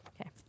Okay